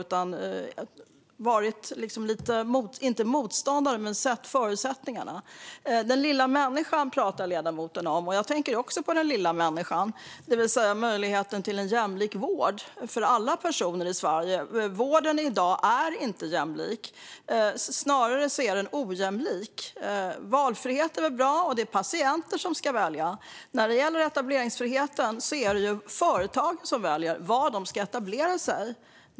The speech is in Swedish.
De har kanske inte varit motståndare, men de har sett förutsättningarna. Ledamoten talar om den lilla människan. Jag tänker också på den lilla människan och möjligheten till en jämlik vård för alla personer i Sverige. Vården i dag är inte jämlik. Snarare är den ojämlik. Valfrihet är väl bra, men det är patienter som ska välja. Men när det gäller etableringsfriheten är det företagen som väljer var de ska etablera sig.